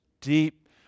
deep